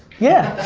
yeah.